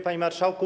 Panie Marszałku!